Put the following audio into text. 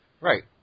Right